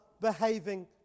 behaving